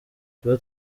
tuba